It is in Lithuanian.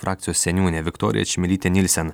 frakcijos seniūnė viktorija čmilytė nilsen